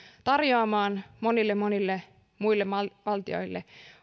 tarjoamaan monille monille muille valtioille